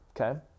okay